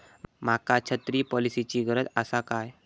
माका छत्री पॉलिसिची गरज आसा काय?